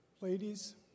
ladies